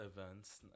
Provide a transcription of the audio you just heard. events